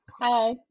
Hi